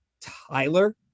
Tyler